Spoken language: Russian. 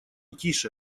тише